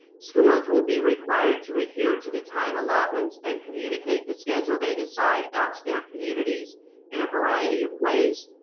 schools will be required to adhere to the time allotments and communicate the schedule they decide out to their communities in a variety of ways,